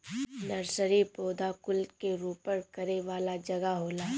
nursery पौधा कुल के रोपण करे वाला जगह होला